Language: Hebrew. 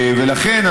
ולכן,